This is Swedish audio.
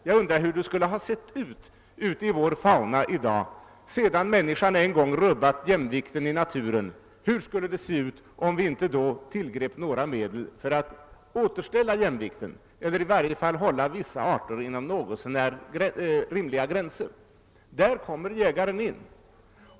Jag undrar hur det skulle ha sett ut i vår fauna i dag, sedan människan en gång rubbat jämvikten i naturen, om vi inte tillgripit några medel för att återställa den eller i varje fall hålla vissa arter inom något så när rimliga gränser. Där kommer jägaren in.